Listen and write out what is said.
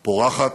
פורחת,